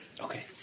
Okay